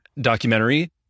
documentary